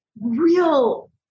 real